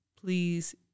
please